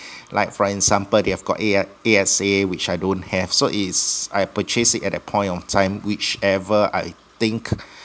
like for example they have got A_I A_X_A which I don't have so it is I purchased it at the point on time whichever I think